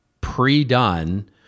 pre-done